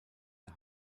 der